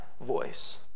voice